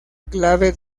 clave